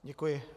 Děkuji.